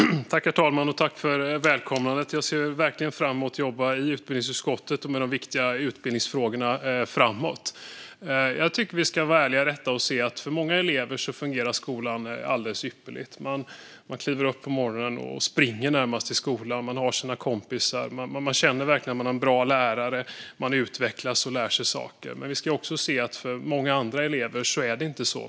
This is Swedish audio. Herr talman! Jag tackar Roza Güclü Hedin för välkomnandet. Jag ser verkligen fram emot att jobba med de viktiga frågorna i utbildningsutskottet. Låt oss vara ärliga. För många elever fungerar skolgången ypperligt. De kliver upp på morgonen och springer närmast till skolan där de har sina kompisar. De känner att de har bra lärare och att de utvecklas och lär sig saker. Men för andra elever är det inte så.